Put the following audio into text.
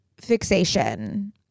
fixation